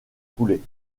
coulés